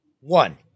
One